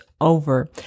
over